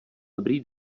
dobrý